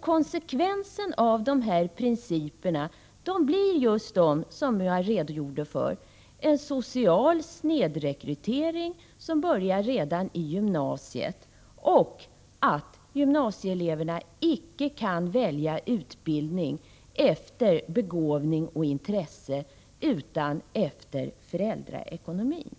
Jo, konsekvenserna av de här principerna blir just de som jag redogjorde för: det uppstår en social snedrekrytering som börjar redan i gymnasiet, och gymnasieeleverna kan icke välja utbildning efter begåvning och intresse utan måste härvidlag ta hänsyn till föräldraekonomin.